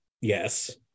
Yes